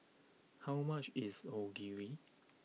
how much is Onigiri